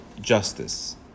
justice